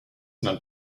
not